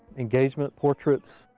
engagement portraits.